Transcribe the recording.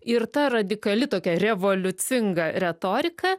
ir ta radikali tokia revoliucinga retorika